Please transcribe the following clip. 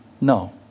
No